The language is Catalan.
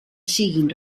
siguin